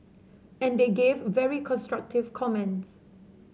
and they gave very constructive comments